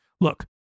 Look